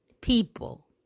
people